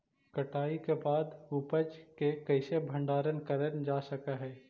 कटाई के बाद उपज के कईसे भंडारण करल जा सक हई?